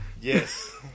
yes